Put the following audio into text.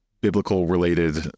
biblical-related